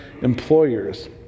employers